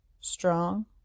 strong